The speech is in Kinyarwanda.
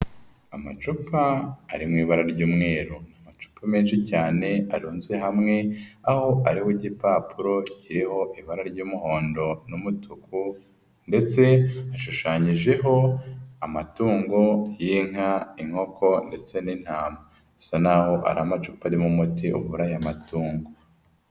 Amacupa ari mu ibara ry'umweru, ni amacupa menshi cyane aronze hamwe aho ariho igipapuro kiriho ibara ry'umuhondo n'umutuku ndetse hashushanyijeho amatungo y'inka, inkoko ndetse n'intama, bisa n'aho ara amacupa arimo umuti uvura aya matungo.